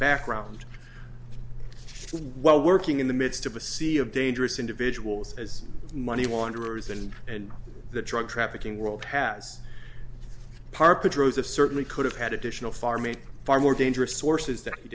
background while working in the midst of a sea of dangerous individuals as money launderers and and the drug trafficking world has certainly could have had additional far made far more dangerous sources that he